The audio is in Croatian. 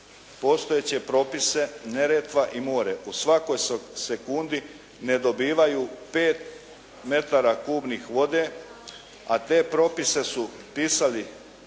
postojeće propise Neretva i more u svakoj sekundi ne dobivaju 5 metara kubnih vode a te propise su pisali